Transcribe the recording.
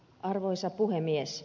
arvoisa puhemies